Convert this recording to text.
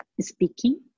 speaking